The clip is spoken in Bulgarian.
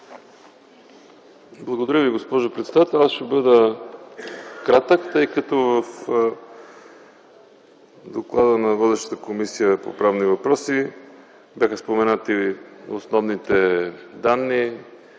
Благодаря Ви, госпожо председател. Аз ще бъда кратък, тъй като в доклада на водещата Комисия по правни въпроси бяха споменати основните данни,